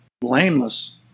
blameless